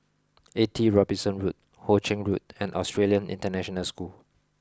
eighty Robinson Road Ho Ching Road and Australian International School